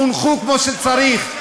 חונכו כמו שצריך.